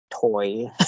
toy